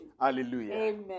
Hallelujah